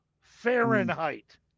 Fahrenheit